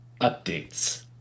updates